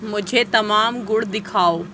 مجھے تمام گڑ دکھاؤ